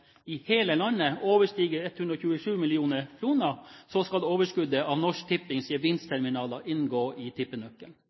i hele landet overstiger 127 mill. kr, skal overskuddet av Norsk Tippings